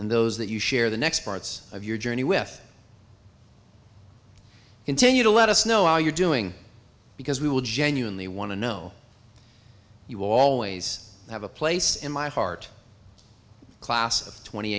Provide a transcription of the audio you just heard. and those that you share the next parts of your journey with continue to let us know how you're doing because we will genuinely want to know you will always have a place in my heart class twenty